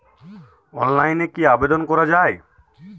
অনলাইনে কি আবেদন করা য়ায়?